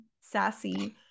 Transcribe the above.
sassy